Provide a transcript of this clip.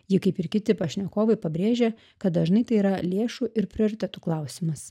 ji kaip ir kiti pašnekovai pabrėžė kad dažnai tai yra lėšų ir prioritetų klausimas